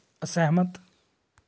ਅਸਹਿਮਤ